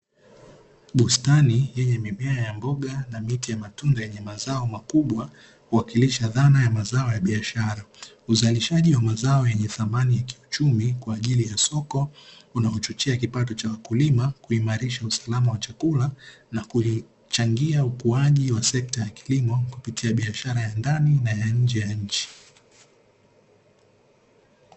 Bustani yenye mimea ya mboga na miti ya matunda yenye mazao makubwa kuwakilisha dhana ya mazao ya biashara. Uzalishaji wa mazao yenye thamani ya kiuchumi kwaajili ya soko, unaochochea kipato cha wakulima, kuimarisha usalama wa chakula na kuchangia ukuaji wa sekta ya kilimo kupitia biashara ya ndani na ya nje ya nchi.